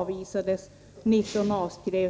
allt större omfattning.